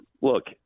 look